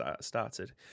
started